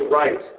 right